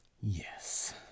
Yes